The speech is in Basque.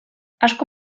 asko